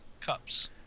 Cups